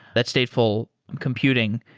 that stateful computing,